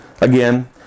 Again